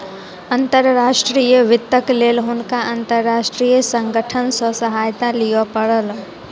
अंतर्राष्ट्रीय वित्तक लेल हुनका अंतर्राष्ट्रीय संगठन सॅ सहायता लिअ पड़ल